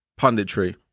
Punditry